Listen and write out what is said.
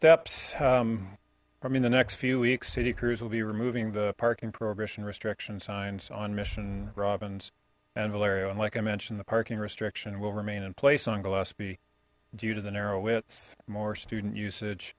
steps i mean the next few weeks city crews will be removing the parking prohibition restriction signs on mission robbins and valerio and like i mentioned the parking restriction will remain in place on gillespie due to the narrow width more student usage